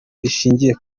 rishingiye